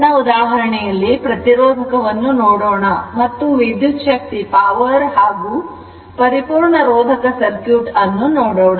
ಮುಂದಿನ ಉದಾಹರಣೆಯಲ್ಲಿ ಪ್ರತಿರೋಧಕವನ್ನು ನೋಡೋಣ ಮತ್ತು ವಿದ್ಯುತ್ ಶಕ್ತಿ ಹಾಗೂ ಪರಿಪೂರ್ಣ ಪರಿಪೂರ್ಣ ರೋಧಕ ಸರ್ಕ್ಯೂಟ್ ನೋಡೋಣ